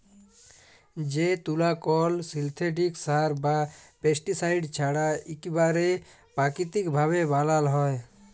যে তুলা কল সিল্থেটিক সার বা পেস্টিসাইড ছাড়া ইকবারে পাকিতিক ভাবে বালাল হ্যয়